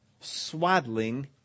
swaddling